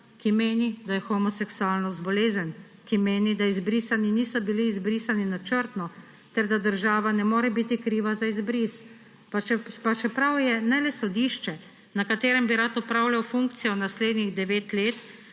ki meni, da je homoseksualnost bolezen, ki meni, da izbrisani niso bili izbrisani načrtno ter da država ne more biti kriva za izbris, pa čeprav je ne le sodišče, na katerem bi rad opravljam funkcijo naslednjih devet let,